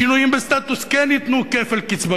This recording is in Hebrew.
שינויים בסטטוס כן ייתנו כפל קצבה.